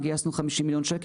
גייסנו 50 מיליון שקל.